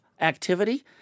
activity